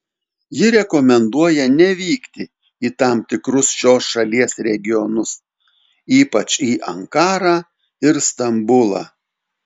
ji rekomenduoja nevykti į tam tikrus šios šalies regionus ypač į ankarą ir stambulą